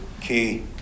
key